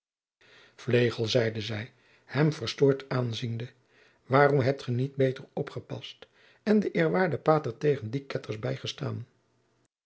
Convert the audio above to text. vlegel zeide zij hem verstoord aanziende waarom hebt ge niet beter opgepast en den eerwaarden pater tegen die ketters bijgestaan